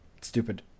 stupid